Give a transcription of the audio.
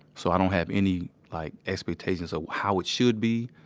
so, i don't have any like expectations of how it should be.